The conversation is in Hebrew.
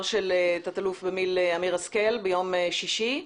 של תת-אלוף במילואים אמיר השכל ביום שישי.